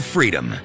Freedom